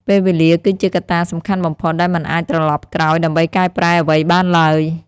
ពេលវេលាគឺជាកត្តាសំខាន់បំផុត ដែលមិនអាចត្រលប់ក្រោយដើម្បីកែប្រែអ្វីបានឡើយ។